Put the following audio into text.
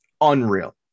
Unreal